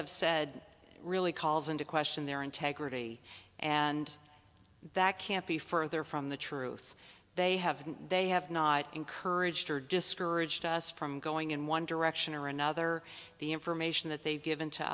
have said really calls into question their integrity and that can't be further from the truth they haven't they have not encouraged or discouraged us from going in one direction or another the information that they've given